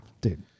dude